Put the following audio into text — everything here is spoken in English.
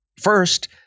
First